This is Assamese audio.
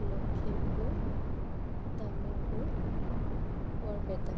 লখিমপুৰ তামোলপুৰ বৰপেটা